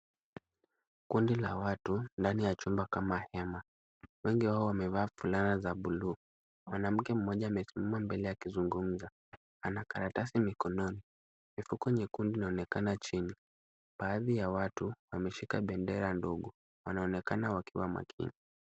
Kundi la watu ndani ya chumba kama hema. Wengi wao wamevaa fulana za buluu. Mwanamke mmoja amesimama mbele yao akizungumza. Ana karatasi mkononi. Mifuko nyekundu inaonekana chini. Baadhi ya watu wameshika bendera ndogo. Wanaonekana wakiwa makini.